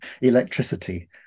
electricity